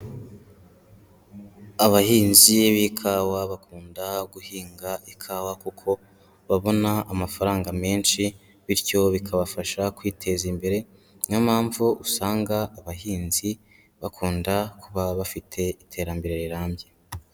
Abahinzi b'ikawa bakunda guhinga ikawa kuko babona amafaranga menshi bityo bikabafasha kwiteza imbere, niyo mpamvu usanga abahinzi bakunda kuba bafite iterambere rirambye.